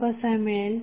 तो कसा मिळेल